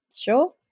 sure